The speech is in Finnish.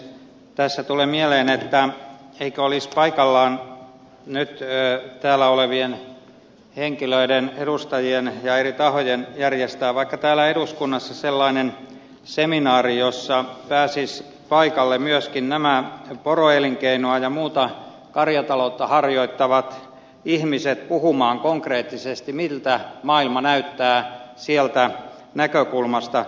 tässä tulee mieleen eikö nyt olisi paikallaan täällä olevien henkilöiden edustajien ja eri tahojen järjestää vaikka täällä eduskunnassa sellainen seminaari jonne pääsisivät paikalle myöskin nämä poroelinkeinoa ja muuta karjataloutta harjoittavat ihmiset puhumaan konkreettisesti miltä maailma näyttää sieltä näkökulmasta